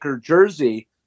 jersey